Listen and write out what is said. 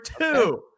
two